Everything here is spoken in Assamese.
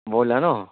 ব্ৰইলাৰ ন